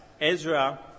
Ezra